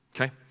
Okay